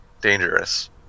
dangerous